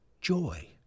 joy